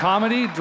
Comedy